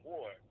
War